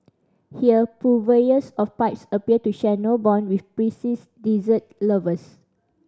here purveyors of pipes appear to share no bond with prissy dessert lovers